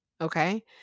okay